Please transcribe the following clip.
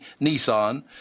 Nissan